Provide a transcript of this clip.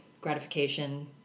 gratification